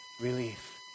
relief